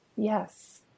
Yes